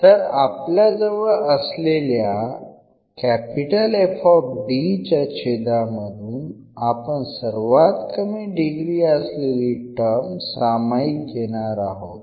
तर आपल्याजवळ असलेल्या च्या छेदामधून आपण सर्वात कमी डिग्री असलेली टर्म सामायिक घेणार आहोत